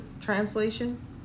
translation